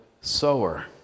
sower